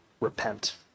repent